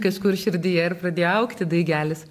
kažkur širdyje ir pradėjo augti daigelis